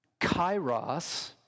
kairos